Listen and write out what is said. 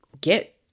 get